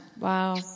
Wow